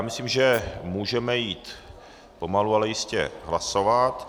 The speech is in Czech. Myslím, že můžeme jít pomalu, ale jistě hlasovat.